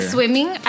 Swimming